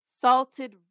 salted